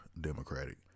Democratic